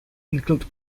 include